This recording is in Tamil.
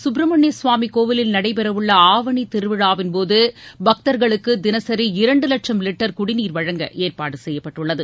சுப்ரமணிய சுவாமி கோவிலில் நடைபெறவுள்ள ஆவணித் திருச்செந்தூர் அருள்மிகு திருவிழாவின்போது பக்தர்களுக்கு தினசரி இரண்டு லட்சும் லிட்டர் குடிநீர் வழங்க ஏற்பாடு செய்யப்பட்டுள்ளது